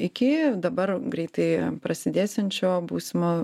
iki dabar greitai prasidėsiančio būsimo